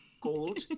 gold